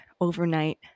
overnight